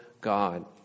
God